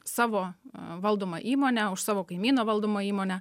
savo valdomą įmonę už savo kaimyno valdomą įmonę